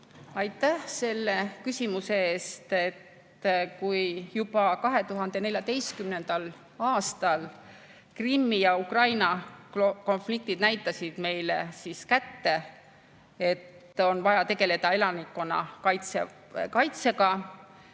Aitäh selle küsimuse eest! Juba 2014. aastal Krimmi ja Ukraina konfliktid näitasid meile kätte, et on vaja tegeleda elanikkonnakaitsega,